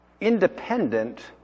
independent